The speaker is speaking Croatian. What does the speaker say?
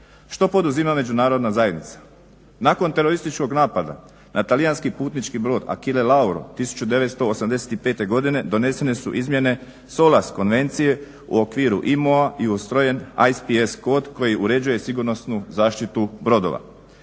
Što poduzima Međunarodna zajednica? Nakon terorističkog napada na talijanski putnički brod "Akile Lauro" 1985. godine donesene su izmjene SOLAS konvencije u okviru i MOA i ustrojen ISPS kod koji uređuje sigurnosnu zaštitu brodova.